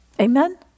Amen